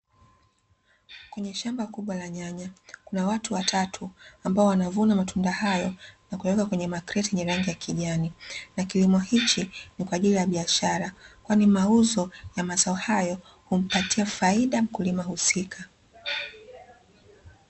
Kwenye shamba kubwa la nyanya, kuna watu watatu ambao wanavuna matunda hayo, na kuyaweka kwenye makreti yenye rangi ya kijani, na kilimo hichi ni kwa ajili ya biashara. Kwani mauzo ya mazao hayo, humpatia faida mkulima husika.